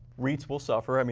reits will suffer. i mean